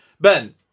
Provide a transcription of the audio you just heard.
Ben